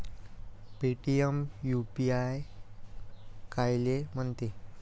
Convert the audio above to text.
Paytm UPI कायले म्हनते?